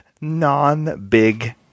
non-big